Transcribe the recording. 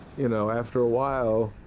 you know after a while,